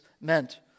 meant